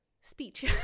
speech